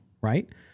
right